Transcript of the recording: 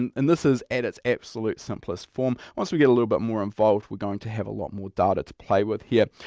and and this is at its absolute simplest form. once we get a little bit more involved, we're going to have a lot more data to play with here.